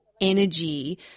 energy